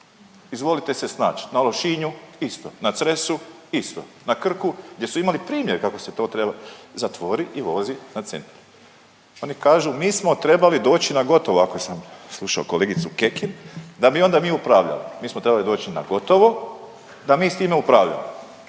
Izvolite se snaći, na Lošinju isto, na Cresu isto, na Krku, gdje su imali primjer kako se to trebalo, zatvori i vozi na centar. Oni kažu, mi smo trebali doći na gotovo, ako sam slušao kolegicu Kekin, da bi mi onda upravljali, mi smo trebali doći na gotovo da mi s time upravljamo